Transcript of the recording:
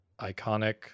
iconic